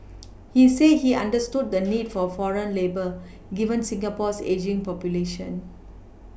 he said he understood the need for foreign labour given Singapore's ageing population